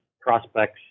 prospects